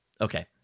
Okay